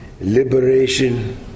liberation